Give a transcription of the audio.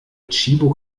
tchibo